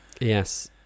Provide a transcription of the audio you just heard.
yes